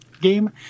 game